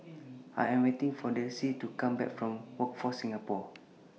I Am waiting For Delcie to Come Back from Workforce Singapore